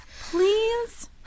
Please